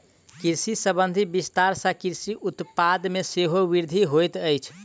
कृषि संबंधी विस्तार सॅ कृषि उत्पाद मे सेहो वृद्धि होइत अछि